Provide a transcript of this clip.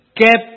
kept